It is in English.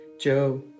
Joe